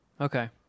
Okay